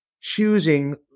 choosing